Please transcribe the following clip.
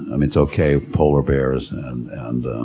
i mean it's ok, polar bears and and